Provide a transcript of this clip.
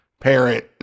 parent